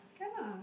can lah